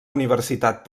universitat